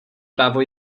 právo